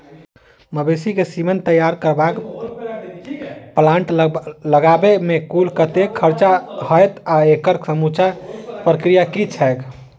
मवेसी केँ सीमन तैयार करबाक प्लांट लगाबै मे कुल कतेक खर्चा हएत आ एकड़ समूचा प्रक्रिया की छैक?